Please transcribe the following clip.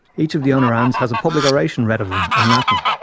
each of the honorands has a public oration read of them, in latin.